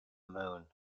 moon